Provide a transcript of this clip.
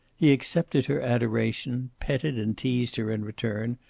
he accepted her adoration, petted and teased her in return,